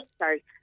Sorry